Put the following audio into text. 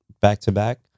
back-to-back